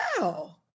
Wow